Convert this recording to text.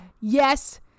yes